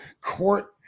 court